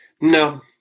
no